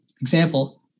example